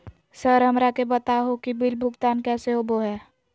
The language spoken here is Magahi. सर हमरा के बता हो कि बिल भुगतान कैसे होबो है?